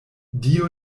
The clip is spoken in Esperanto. dio